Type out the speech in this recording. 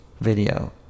video